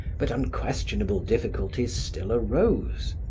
but unquestionable difficulties still arose.